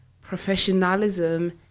professionalism